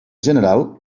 general